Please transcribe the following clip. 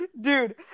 Dude